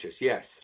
yes